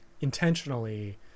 intentionally